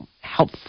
help